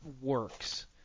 works